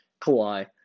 Kawhi